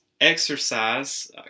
exercise